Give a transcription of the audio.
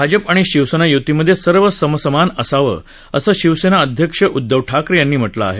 भाजपा आणि शिवसेना यूतीमध्ये सर्व समसमान असावं असं शिवसेना अध्यक्ष उद्दव ठाकरे यांनी म्हटलं आहे